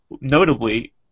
notably